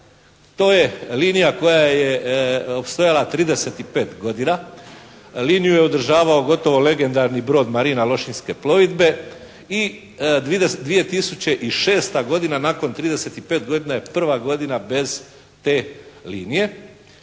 To je linija koja je postojala 35 godina. Liniju je održavao gotovo legendarni brod Marina Lošinjske plovidbe i 2006. godina nakon 35 godina je prva godina bez te linije.